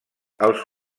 als